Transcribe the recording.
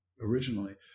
originally